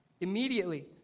Immediately